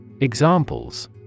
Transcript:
Examples